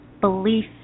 belief